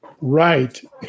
right